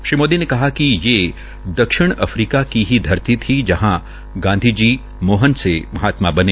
श्री मोदी ने कहा कि दक्षिण अफ्रीका की ही धरती थी जहां गांधी जी मोहन से महात्मा बने